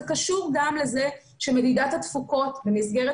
זה קשור גם לזה שמדידת התפוקות במסגרת